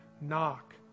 knock